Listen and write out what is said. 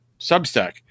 Substack